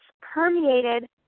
permeated